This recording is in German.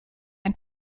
ein